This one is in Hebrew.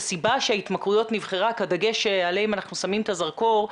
הסיבה שהוועדה בחרה כדגש שעליהם אנחנו שמים את הזרקור,